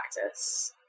practice